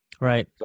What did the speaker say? Right